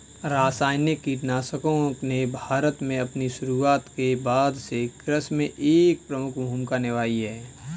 रासायनिक कीटनाशकों ने भारत में अपनी शुरूआत के बाद से कृषि में एक प्रमुख भूमिका निभाई है